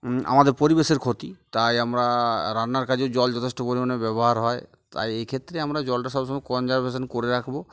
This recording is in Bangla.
আমাদের পরিবেশের ক্ষতি তাই আমরা রান্নার কাজেও জল যথেষ্ট পরিমাণে ব্যবহার হয় তাই এক্ষেত্রে আমরা জলটা সবসময় কনজারভেশন করে রাখব